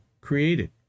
created